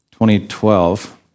2012